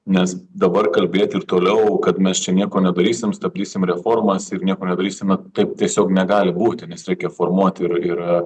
nes dabar kalbėt ir toliau kad mes čia nieko nedarysim stabdysim reformas ir nieko nedarysim taip tiesiog negali būti nes reikia formuoti ir ir